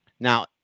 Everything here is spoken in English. Now